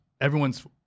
Everyone's